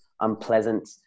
unpleasant